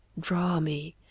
draw me,